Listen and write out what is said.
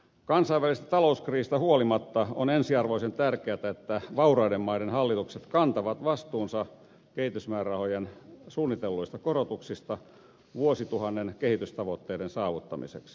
kansainvälisestä talouskriisistä huolimatta on ensiarvoisen tärkeätä että vauraiden maiden hallitukset kantavat vastuunsa kehitysmäärärahojen suunnitelluista korotuksista vuosituhannen kehitystavoitteiden saavuttamiseksi